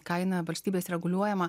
kaina valstybės reguliuojama